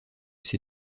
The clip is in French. ces